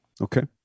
Okay